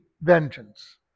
vengeance